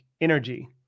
energy